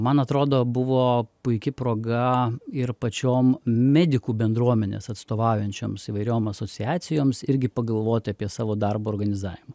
man atrodo buvo puiki proga ir pačiom medikų bendruomenes atstovaujančioms įvairiom asociacijoms irgi pagalvoti apie savo darbo organizavimą